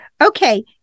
Okay